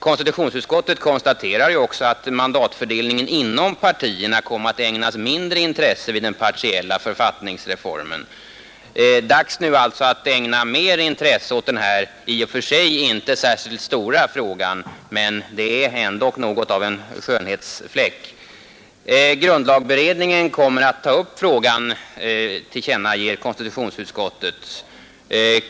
Konstitutionsutskottet konstaterar också att mandatfördelningen inom partierna kom att ägnas mindre intresse vid den partiella författningsreformen. Det är alltså dags nu att ägna mer intresse åt den här i och för sig inte särskilt stora frågan — det är ändock något av en skönhetsfläck. Grundlagberedningen kommer att ta upp frågan, tillkännager konstitutionsutskottet.